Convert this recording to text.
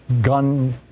gun